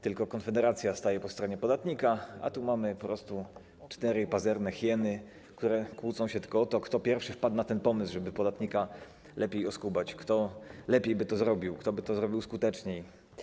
Tylko Konfederacja staje po stronie podatnika, a tu mamy po prostu cztery pazerne hieny, które kłócą się tylko o to, kto pierwszy wpadł na ten pomysł, żeby podatnika lepiej oskubać, kto lepiej by to zrobił, kto by to zrobił skuteczniej.